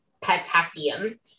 potassium